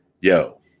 yo